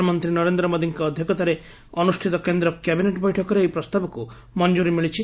ପ୍ରଧାନମନ୍ତୀ ନରେନ୍ଦ ମୋଦିଙ୍କ ଅଧ୍ଧକ୍ଷତାରେ ଅନୁଷିତ କେନ୍ଦ କ୍ୟାବିନେଟ୍ ବୈଠକରେ ଏହି ପ୍ରସ୍ତାବଙ୍କୁ ମଞ୍ଠୁରୀ ମିଳିଛି